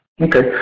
Okay